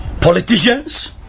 politicians